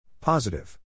Positive